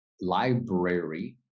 library